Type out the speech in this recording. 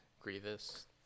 Grievous